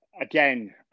Again